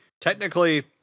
Technically